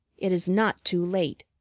it is not too late.